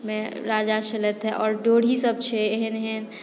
मे राजा छलथि हेँ आओर ड्यौढ़ीसभ छै एहन एहन